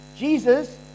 Jesus